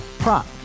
Prop